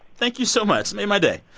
thank you so much. made my day